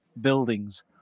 buildings